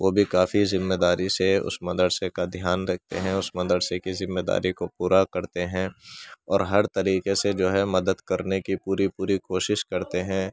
وہ بھی کافی ذِمّے داری سے اس مدرسے کا دھیان رکھتے ہیں اس مدرسے کی ذمے داری کو پورا کرتے ہیں اور ہر طریقے سے جو ہے مدد کرنے کی پوری پوری کوشش کرتے ہیں